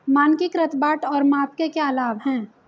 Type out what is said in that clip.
मानकीकृत बाट और माप के क्या लाभ हैं?